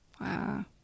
wow